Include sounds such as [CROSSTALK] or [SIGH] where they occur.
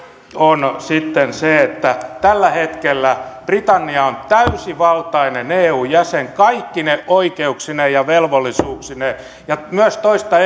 on sitten se että tällä hetkellä britannia on täysivaltainen eun jäsen kaikkine oikeuksineen ja velvollisuuksineen myös toista [UNINTELLIGIBLE]